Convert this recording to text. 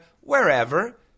wherever